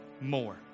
more